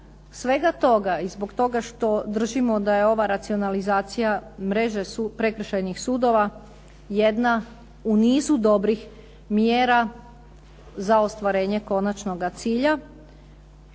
svega toga i zbog toga što držimo da je ova racionalizacija mreže prekršajnih sudova jedna u nizu dobrih mjera za ostvarenje konačnog cilja,